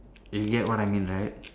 if you get what I mean right